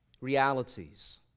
realities